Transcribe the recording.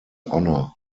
honour